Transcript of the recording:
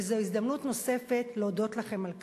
וזאת הזדמנות נוספת להודות לכם על כך.